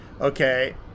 Okay